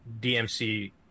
DMC